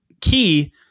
key